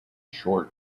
short